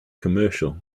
commercial